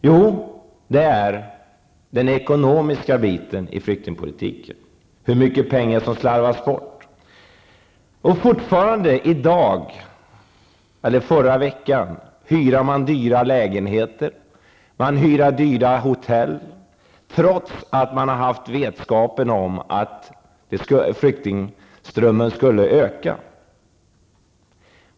Jo, det är den ekonomiska biten i flyktingpolitiken, hur mycket pengar som slarvas bort. Ännu i dag, eller i förra veckan, hyrde man dyra lägenheter. Man hyr dyra hotell trots att man haft vetskap om att flyktingströmmen skulle öka.